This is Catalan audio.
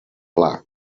pla